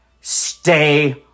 stay